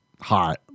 hot